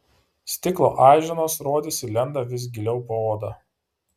stiklo aiženos rodėsi lenda vis giliau po oda